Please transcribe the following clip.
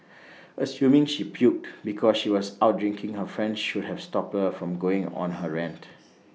assuming she puked because she was out drinking her friend should have stopped her from going on her rant